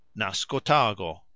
nascotago